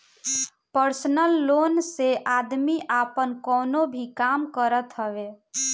personal loan से आदमी आपन कवनो भी काम करत हवे